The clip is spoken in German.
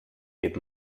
geht